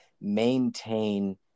maintain